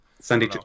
Sunday